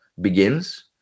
begins